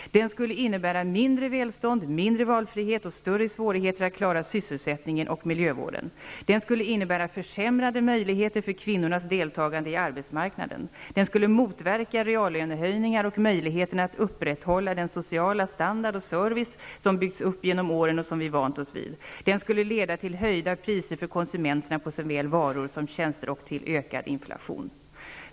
Den skulle innebära mindre välstånd, mindre valfrihet och större svårigheter att klara sysselsättningen och miljövården. Den skulle innebära försämrade möjligheter för kvinnornas deltagande i arbetsmarknaden. Den skulle motverka reallönehöjningar och möjligheterna att upprätthålla den sociala standard och service som byggts upp genom åren och som vi vant oss vid. Den skulle leda till höjda priser för konsumenterna på såväl varor som tjänster och till ökad inflation.''